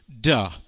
duh